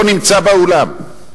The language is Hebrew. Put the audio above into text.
לא נמצא באולם,